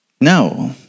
No